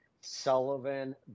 Sullivan